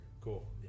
Cool